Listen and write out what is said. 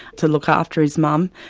to look after his mum,